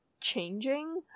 changing